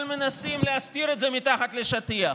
אבל מנסים להסתיר את זה מתחת לשטיח.